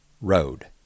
road